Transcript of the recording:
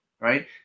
Right